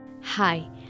Hi